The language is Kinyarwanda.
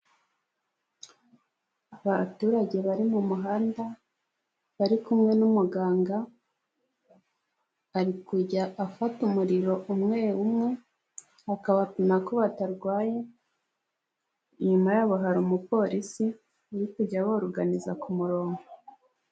Abaturage bari mu muhanda, bari kumwe n'umuganga, ari kujya afata umuriro umwe umwe akabapima ko batarwaye, inyuma yabo hari umupolisi uri kujya aboruganiza ku murongo.